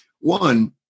One